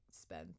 spend